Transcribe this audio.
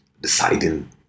deciding